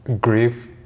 grief